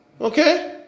okay